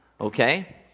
okay